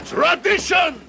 Tradition